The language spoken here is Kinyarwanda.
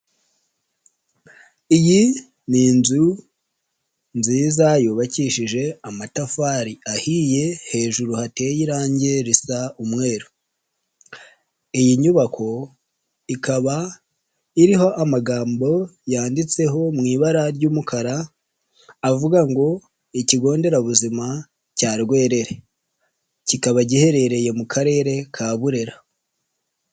Iyi ni inzu nziza yubakishije amatafari ahiye, hejuru hateye irangi risa umweru, iyi nyubako ikaba iriho amagambo yanditseho mu ibara ry'umukara, avuga ngo ikigo nderabuzima cya Rwerere, kikaba giherereye mu karere ka Burera.